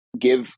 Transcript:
give